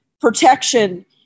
protection